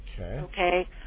okay